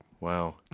Wow